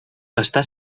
està